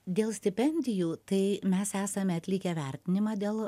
dėl stipendijų tai mes esame atlikę vertinimą dėl